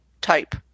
type